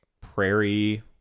prairie